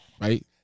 Right